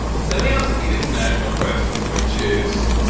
let me ask the international question, which is,